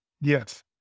Yes